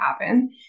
happen